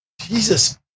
Jesus